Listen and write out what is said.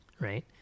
Right